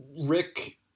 Rick